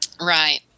Right